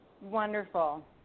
Wonderful